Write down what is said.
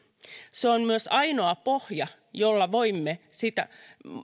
se on myös ainoa pohja jolla voimme